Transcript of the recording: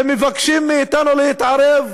ומבקשים מאתנו להתערב,